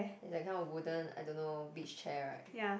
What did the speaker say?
is that kind of wooden I don't know beach chair right